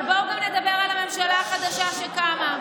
אבל בואו נדבר גם על הממשלה החדשה שקמה,